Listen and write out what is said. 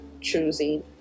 choosing